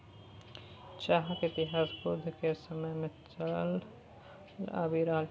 चाहक इतिहास बुद्ध केर समय सँ चलल आबि रहल छै